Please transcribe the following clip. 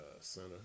center